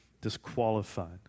disqualified